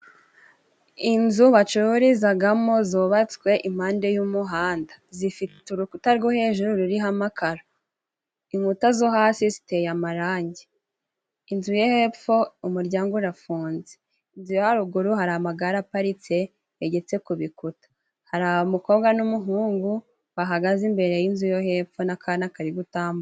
Inzu bacururizamo zubatswe impande y'umuhanda . Zifite urukuta rwo hejuru ruriho amakaro , inkuta zo hasi ziteye amarangi , inzu yo hepfo umuryango urafunze , inzu yo haruguru hari amagare aparitse yegetse ku bikuta , hari umukobwa n'umuhungu bahagaze imbere y'inzu yo hepfo n'akana Kari gutambuka .